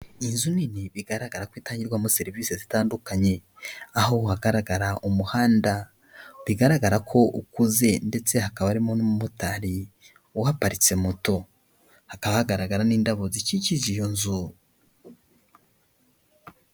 Inzu nini bigaragara ko itangirwamo serivisi zitandukanye, aho hagarara umuhanda bigaragara ko ukuze ndetse hakaba harimo n'umumotari uhagaritse moto, hakaba hagaragara n'indabo zikikije iyo nzu.